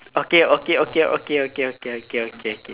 okay okay okay okay okay okay okay K K